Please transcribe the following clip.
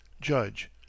Judge